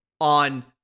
on